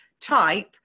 type